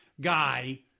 guy